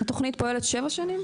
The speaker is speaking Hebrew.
התוכנית פועלת 7 שנים.